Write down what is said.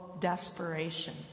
Desperation